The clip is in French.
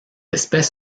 espèce